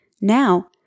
Now